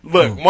Look